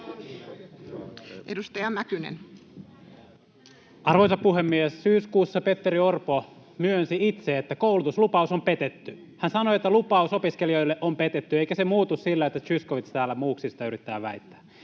Edustaja Mäkynen. Arvoisa puhemies! Syyskuussa Petteri Orpo myönsi itse, että koulutuslupaus on petetty. Hän sanoi, että lupaus opiskelijoille on petetty, eikä se muutu sillä, että Zyskowicz täällä muuksi sitä yrittää väittää.